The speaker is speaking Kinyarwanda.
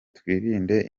twirinde